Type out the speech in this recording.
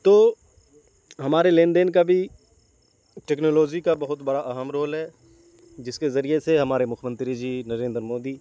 تو ہمارے لین دین کا بھی ٹیکنالوجی کا بہت بڑا اہم رول ہے جس کے ذریعے سے ہمارے مکھیہ منتری جی نریندر مودی